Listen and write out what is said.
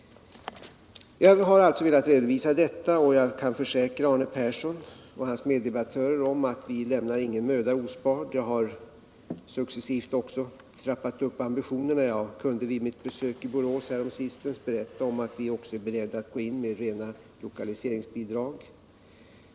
Jag har alltså velat redovisa detta, och jag kan försäkra Arne Persson och hans meddebattörer att vi inte sparar någon möda. Jag har också successivt trappat upp ambitionerna. Vid mitt besök i Borås häromsistens kunde jag berätta om att vi är beredda att gå in med rena lokaliseringsbidrag.